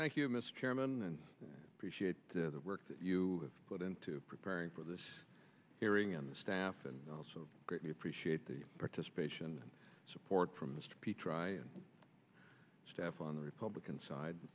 thank you mr chairman and appreciate the work that you have put into preparing for this hearing on the staff and also greatly appreciate the participation support from mr p try and staff on the republican side